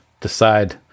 decide